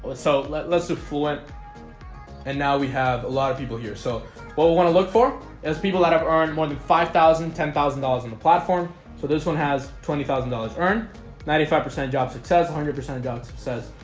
but so let's let's do fluent and now we have a lot of people here so what we want to look for as people that have earned more than five thousand ten thousand dollars in the platform so this one has twenty thousand dollars earned ninety five percent job success one hundred percent job says,